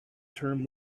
term